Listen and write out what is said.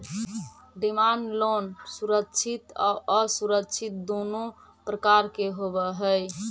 demand loan सुरक्षित आउ असुरक्षित दुनों प्रकार के होवऽ हइ